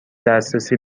دسترسی